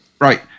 Right